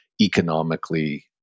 economically